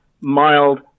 mild